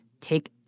take